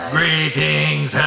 Greetings